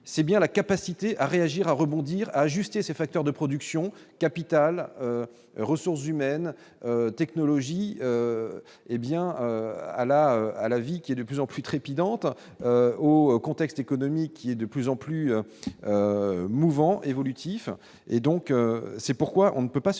c'est bien la capacité à réagir à rebondir ajuster ses facteurs de production capital ressources humaines Technologie, hé bien à la à la vie qui est de plus en plus trépidante au contexte économique qui est de plus en plus mouvant et évolutif